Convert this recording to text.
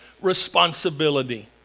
responsibility